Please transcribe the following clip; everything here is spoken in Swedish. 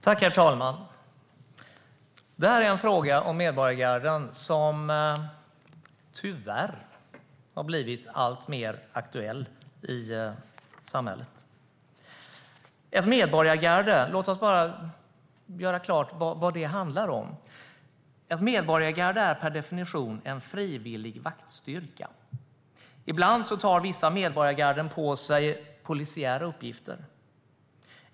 Herr talman! Frågan om medborgargarden är en fråga som tyvärr har blivit alltmer aktuell i samhället. Låt oss göra klart vad ett medborgargarde handlar om. Ett medborgargarde är per definition en frivillig vaktstyrka. Ibland tar vissa medborgargarden på sig polisiära uppgifter.